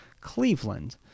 Cleveland